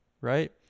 right